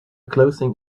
closing